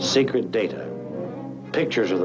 secret data pictures of